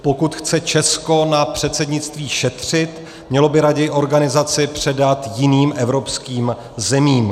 Pokud chce Česko na předsednictví šetřit, mělo by raději organizaci předat jiným evropským zemím.